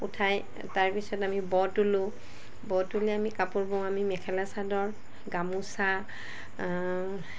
উঠাই তাৰপিছত আমি ব' তোলোঁ ব' তুলি আমি কাপোৰ বওঁ আমি মেখেলা চাদৰ গামোচা